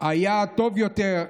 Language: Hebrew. היה טוב יותר,